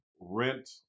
rent